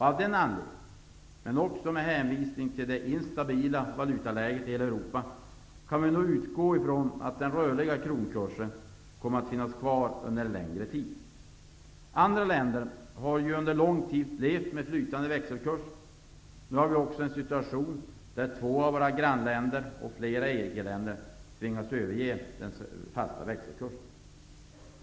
Av den anledningen, men också med hänvisning till det instabila valutaläget i hela Europa, kan vi utgå från att den rörliga kronkursen kommer att finnas kvar under en längre tid. Andra länder har under lång tid levt med flytande växelkurs. Nu har vi också en situation där två av våra grannländer och flera EG-länder tvingats överge den fasta växelkursen.